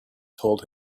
told